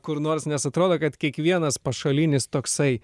kur nors nes atrodo kad kiekvienas pašalinis toksai